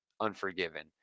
unforgiven